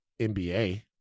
NBA